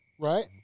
Right